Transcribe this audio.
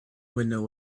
window